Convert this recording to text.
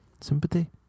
sympathy